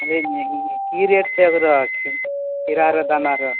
की rate छै ओकर खीरा र दाना र